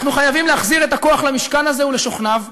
אנחנו חייבים להחזיר את הכוח למשכן הזה ולשוכניו.